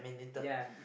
ya